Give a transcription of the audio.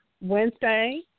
Wednesday